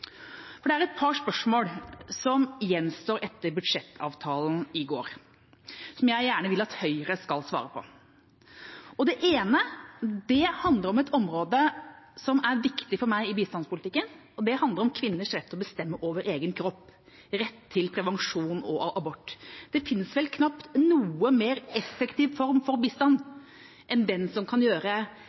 Det er et par spørsmål som gjenstår etter budsjettavtalen i går som jeg gjerne vil at Høyre skal svare på. Det ene handler om et område som er viktig for meg i bistandspolitikken, og det handler om kvinners rett til å bestemme over egen kropp, rett til prevensjon og abort. Det finnes vel knapt noen mer effektiv form for bistand enn den som kan gjøre